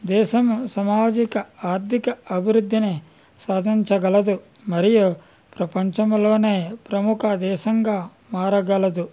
దేశం సమాజక ఆర్థిక అభివృద్ధిని సాధించగలదు మరియు ప్రపంచంలోనే ప్రముఖ దేశంగా మారగలదు